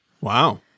wow